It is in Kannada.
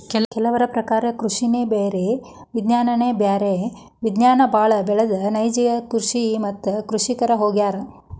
ಕೆಲವರ ಪ್ರಕಾರ ಕೃಷಿನೆ ಬೇರೆ ವಿಜ್ಞಾನನೆ ಬ್ಯಾರೆ ವಿಜ್ಞಾನ ಬಾಳ ಬೆಳದ ನೈಜ ಕೃಷಿ ಮತ್ತ ಕೃಷಿಕರ ಹೊಗ್ಯಾರ